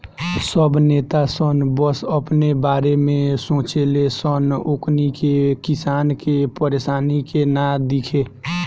सब नेता सन बस अपने बारे में सोचे ले सन ओकनी के किसान के परेशानी के ना दिखे